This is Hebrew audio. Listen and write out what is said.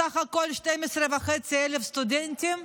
בסך הכול 12,500 סטודנטים,